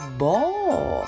ball